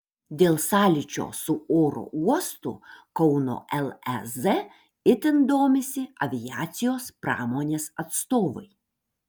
dėl sąlyčio su oro uostu kauno lez itin domisi aviacijos pramonės atstovai